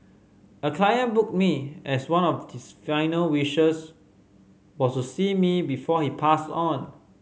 a client booked me as one of his final wishes was to see me before he passed on